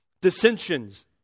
dissensions